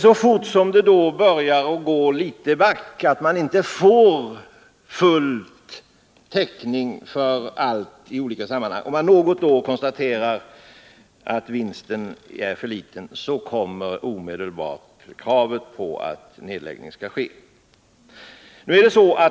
Så fort det börjar gå litet back och man inte får full täckning för allt i olika sammanhang utan man något år konstaterar att vinsten är för liten, kommer emellertid omedelbart kravet på att nedläggning skall ske.